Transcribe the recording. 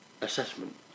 assessment